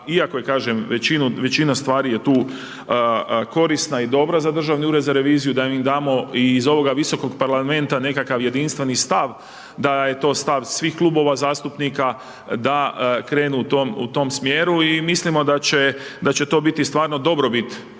iako je kažem, većina stvari je tu korisna i dobra za Državni ured za reviziju, da im dao iz ovog Visokog parlamenta nekakav jedinstveni stav, da je to stav svih klubova zastupnika, da krenu u tom smjeru i mislimo da će to biti stvarno dobrobit